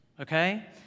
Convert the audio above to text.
okay